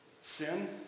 Sin